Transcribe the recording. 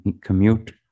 commute